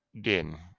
Din